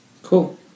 Cool